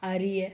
அறிய